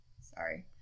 Sorry